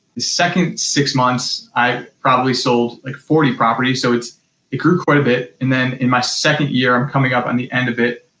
the second six months i probably sold like forty properties, so it grew quite a bit. and then in my second year, i'm coming up on the end of it,